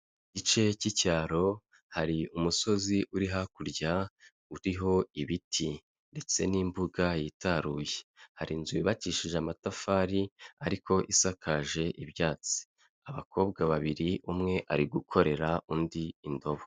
Igice cy'icyaro hari umusozi uri hakurya uriho ibiti, ndetse n'imbuga yitaruye. Hari inzu yubakishije amatafari ariko isakaje ibyatsi. Abakobwa babiri umwe ari gukorera undi indobo.